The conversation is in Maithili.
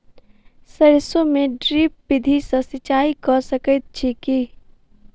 सैरसो मे ड्रिप विधि सँ सिंचाई कऽ सकैत छी की?